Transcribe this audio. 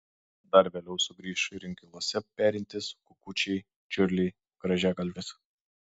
dar vėliau sugrįš ir inkiluose perintys kukučiai čiurliai grąžiagalvės